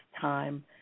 time